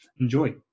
enjoy